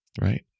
right